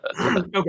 Okay